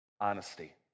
Honesty